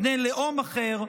בני לאום אחר,